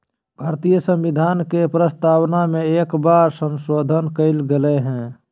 भारतीय संविधान के प्रस्तावना में एक बार संशोधन कइल गेले हइ